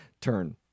Turn